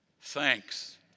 Thanks